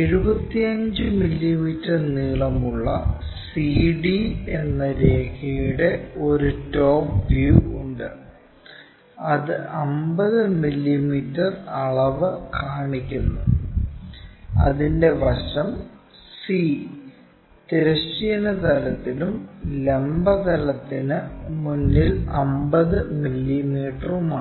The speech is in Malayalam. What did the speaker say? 75 മില്ലീമീറ്റർ നീളമുള്ള CD എന്ന രേഖയുടെ ഒരു ടോപ്പ് വ്യൂ ഉണ്ട് അത് 50 മില്ലീമീറ്റർ അളവ് കാണിക്കുന്നു അതിന്റെ വശം C തിരശ്ചീന തലത്തിലും ലംബ തലത്തിന് മുന്നിൽ 50 മില്ലീമീറ്ററിലുമാണ്